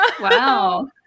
Wow